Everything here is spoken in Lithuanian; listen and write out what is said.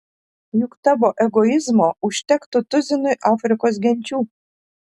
juk tavo egoizmo užtektų tuzinui afrikos genčių